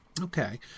okay